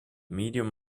medium